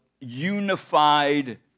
unified